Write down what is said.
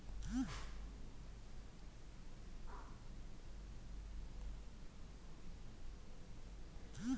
ಹೂಡಿಕೆದಾರರಿಂದ ಬಂಡವಾಳವನ್ನು ಸಂಗ್ರಹಿಸಿ ಅದನ್ನು ಹೊಸ ಉದ್ಯಮಗಳಿಗೆ ಸಾಲದ ರೂಪದಲ್ಲಿ ನೀಡುವುದು ಮಾಡಬಹುದು